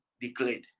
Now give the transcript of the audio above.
declared